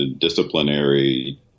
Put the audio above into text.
disciplinary